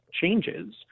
changes